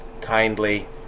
kindly